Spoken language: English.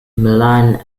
milan